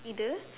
either